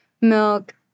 milk